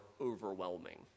overwhelming